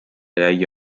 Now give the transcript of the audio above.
jäi